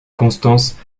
constance